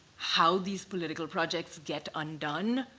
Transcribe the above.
how these political projects get undone,